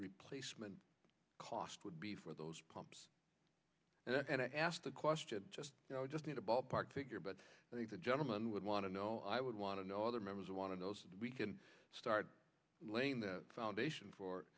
replacement cost would be for those pumps and i ask the question just you know i just need a ballpark figure but i think the gentleman would want to know i would want to know other members of one of those we can start laying the foundation for